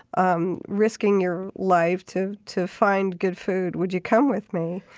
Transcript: um risking your life to to find good food would you come with me?